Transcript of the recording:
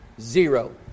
Zero